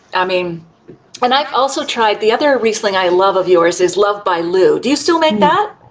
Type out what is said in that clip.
i mean when i also tried the other riesling i love of yours is loved by lu. do you still make that?